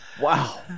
wow